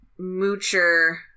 Moocher